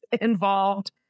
involved